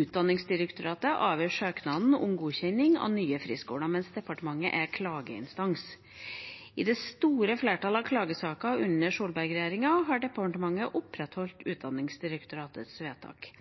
Utdanningsdirektoratet avgjør søknaden om godkjenning av nye friskoler, mens departementet er klageinstans. I det store flertallet av klagesaker under Solberg-regjeringa har departementet opprettholdt Utdanningsdirektoratets vedtak.